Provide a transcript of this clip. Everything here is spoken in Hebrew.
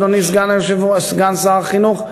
אדוני סגן שר החינוך,